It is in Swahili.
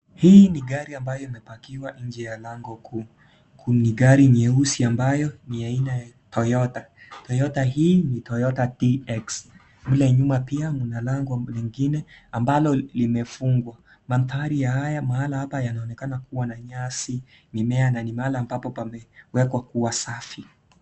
Hii ni gari ambayo imepakiwa inje ya lango kuu. Ni gari nyeusi ambayo ni ya aina ya Toyota. Toyota hii ni Toyota TX. Mle nyuma pia mna lango lingine ambalo limefungwa. Manthari haya mahali hapa yanaonekana kuwa na nyasi mimea na ni mahala ambapo pamewekwa kuwa safi.